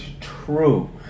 true